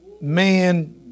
Man